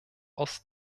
aus